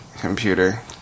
computer